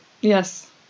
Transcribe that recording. Yes